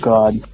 God